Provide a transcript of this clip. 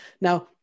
now